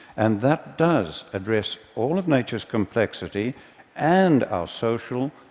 and that does address all of nature's complexity and our social,